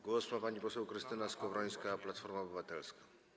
Głos ma pani poseł Krystyna Skowrońska, Platforma Obywatelska.